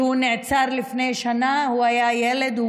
כשהוא נעצר לפני שנה הוא היה ילד,